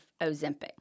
Ozempic